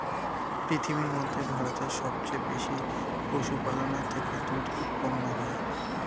পৃথিবীর মধ্যে ভারতে সবচেয়ে বেশি পশুপালনের থেকে দুধ উৎপন্ন হয়